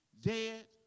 dead